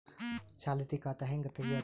ಚಾಲತಿ ಖಾತಾ ಹೆಂಗ್ ತಗೆಯದು?